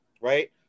right